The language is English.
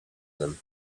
them